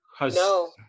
No